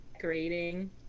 grading